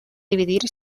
dividir